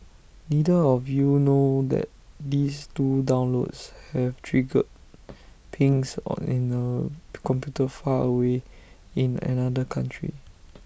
neither of you know that these two downloads have triggered pings in A computer far away in another country